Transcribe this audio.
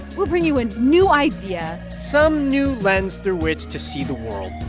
we'll bring you a new idea some new lens through which to see the world.